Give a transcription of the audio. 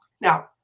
Now